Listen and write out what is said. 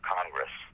Congress